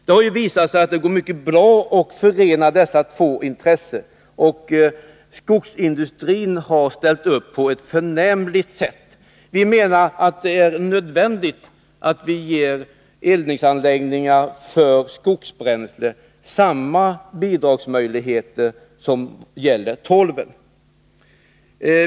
Det har visat sig gå mycket bra att förena industri och energiintressen. Skogsindustrin har ställt upp på ett förnämligt sätt. Vi menar att det är nödvändigt att vi ger eldningsanläggningar för skogsbränsle samma bidrags möjligheter som eldningsanläggningar för torv. Jag yrkar bifall till reservation 33.